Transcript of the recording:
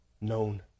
known